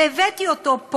והבאתי אותו,